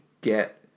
get